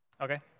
Okay